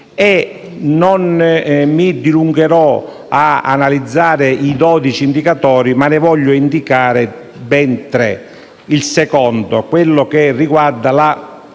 Non mi dilungherò ad analizzare i 12 indicatori, ma ne voglio indicare ben tre. Il secondo è quello che riguarda la